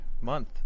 month